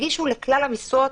תגישו לכלל המשרות.